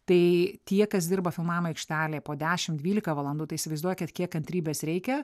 tai tie kas dirba filmavimo aikštelėje po dešimt dvylika valandų tai įsivaizduokit kiek kantrybės reikia